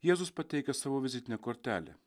jėzus pateikia savo vizitinę kortelę